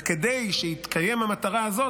וכדי שתתקיים המטרה הזאת,